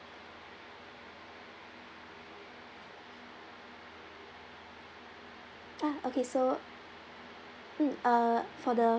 ah okay so mm uh for the